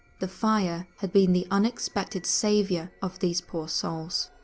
the fire had been the unexpected saviour of these poor souls.